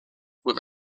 with